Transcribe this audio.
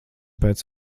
pēc